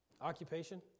occupation